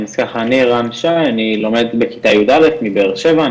אז ככה אני רן שי אני לומד בכיתה י"א מבאר שבע,